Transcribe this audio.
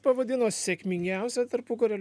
pavadino sėkmingiausia tarpukario